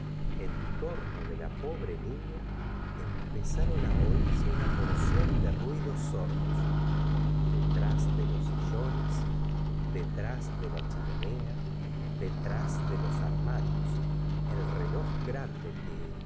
en torno de la pobre niña empezaron á oirse una pordón de ruidos sordos detrás de los sillo nes detrás de la chimenea detrás de los en n uremberg tan bien acostadas como tú armarios el relo grande que